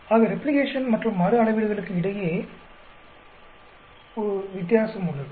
ஆக ரெப்ளிகேஷன் மற்றும் மறு அளவீடுகளுக்கு இடையே ஒரு வித்தியாசம் உள்ளது